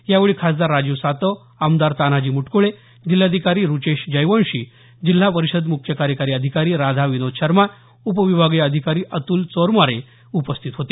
यावेळी खासदार राजीव सातव आमदार तान्हाजी मुटकुळे जिल्हाधिकारी रुचेश जयवंशी जिल्हा परिषदेचे मुख्य कार्यकारी अधिकारी राधा विनोद शर्मा उपविभागीय अधिकारी अत्ल चोरमारे उपस्थित होते